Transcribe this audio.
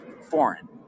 foreign